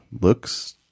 looks